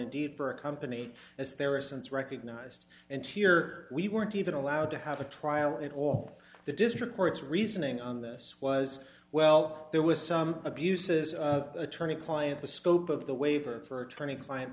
indeed for a company as there are since recognized and here we weren't even allowed to have a trial and all the district courts reasoning on this was well there was some abuses of attorney client the scope of the waiver for attorney client